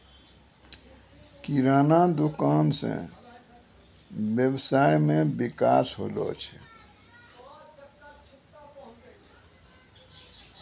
किराना दुकान से वेवसाय मे विकास होलो छै